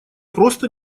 просто